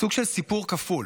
סוג של סיפור כפול,